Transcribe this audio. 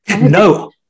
No